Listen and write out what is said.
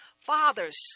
Fathers